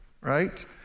right